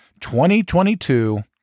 2022